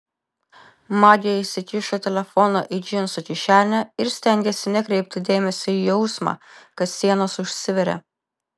magė įsikišo telefoną į džinsų kišenę ir stengėsi nekreipti dėmesio į jausmą kad sienos užsiveria